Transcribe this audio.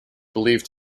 believed